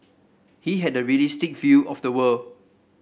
he had a realistic feel of the world